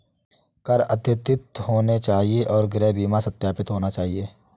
कर अद्यतित होने चाहिए और गृह बीमा सत्यापित होना चाहिए